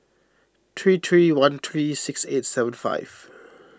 three three one three six eight seven five